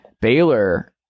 Baylor